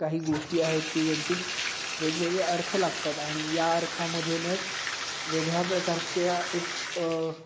काही गोष्टी आहेत की ज्यांचे वेगवेगळे अर्थ लागतात आणि या अर्थामधनंच वेगळ्या प्रकारच्या एक